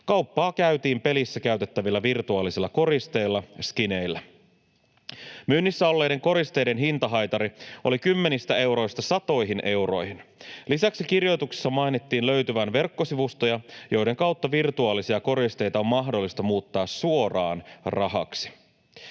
kauppaa käytiin pelissä käytettävillä virtuaalisilla koristeilla, skineillä. Myynnissä olleiden koristeiden hintahaitari oli kymmenistä euroista satoihin euroihin. Lisäksi kirjoituksessa mainittiin löytyvän verkkosivustoja, joiden kautta virtuaalisia koristeita on mahdollista muuttaa suoraan rahaksi.